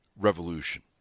Revolution